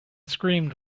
screamed